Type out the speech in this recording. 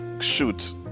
shoot